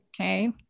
Okay